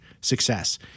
success